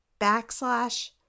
backslash